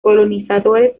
colonizadores